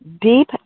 Deep